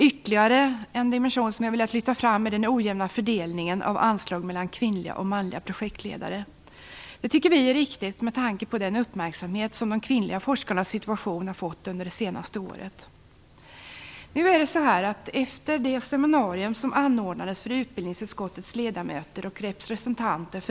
Ytterligare en dimension som vi vill lyfta fram är den ojämna fördelningen av anslag mellan manliga och kvinnliga projektledare. Vi tycker att det är riktigt med tanke på den uppmärksamhet som de kvinnliga forskarnas situation har fått under det senaste året.